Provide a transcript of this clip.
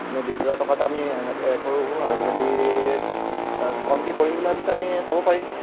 আমি বিছ হেজাৰ টকাত আমি এনেকৈ কৰোঁ আৰু যদি কমকৈ কৰিম বুলি ভাবিছে আমি চাব পাৰি